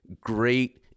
great